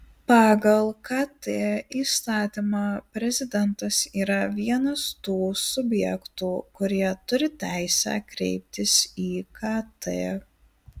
pagal kt įstatymą prezidentas yra vienas tų subjektų kurie turi teisę kreiptis į kt